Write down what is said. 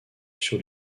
sur